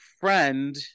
friend